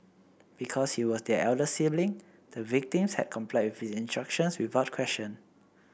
because he was their elder sibling the victims had complied with instructions without question